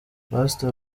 pastor